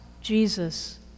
Jesus